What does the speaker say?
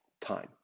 time